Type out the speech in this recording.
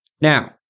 Now